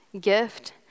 gift